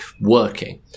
working